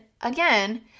again